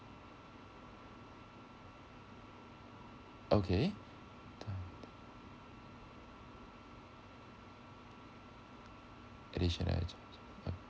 okay two hundred additional